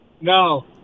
No